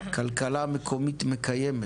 "כלכלה מקומית מקיימת".